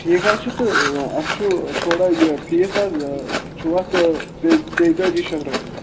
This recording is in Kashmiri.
ٹھیٖک حظ چھُ تہٕ اَتھ چھُ تھوڑا یہِ فیٖس حظ چھُو اَتھ تَے تیتٲجی شَتھ رۄپیہِ